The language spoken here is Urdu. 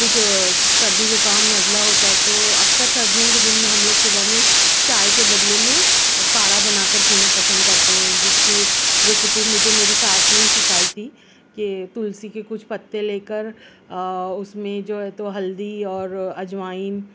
کچھ سردی زکام نزلہ ہوتا ہے تو اکثر سردیوں کے دن میں ہم لوگ صبح میں چائے کے بدلے میں کاڑھا بنا کر پینا پسند کرتے جس کی ریسیپی مجھے میری ساس نے ہی سکھائی تھی کہ تلسی کے کچھ پتے لے کر اس میں جو ہے تو ہلدی اور اجوائن